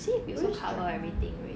which drama